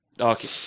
Okay